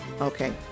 Okay